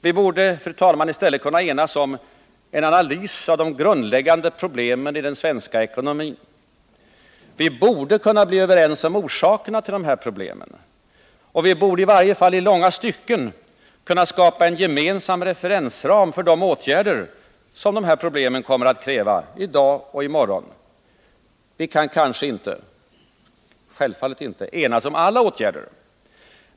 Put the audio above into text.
Vi borde, fru talman, i stället kunna enas om en analys av de grundläggande problemen i den svenska ekonomin. Vi borde kunna bli överens om orsakerna till problemen. Vi borde — i varje fall i långa stycken — kunna skapa en gemensam referensram för de åtgärder som problemen kommer att kr . i dag och i morgon. Vi kan självfallet inte enas om alla åtgärder.